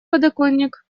подоконник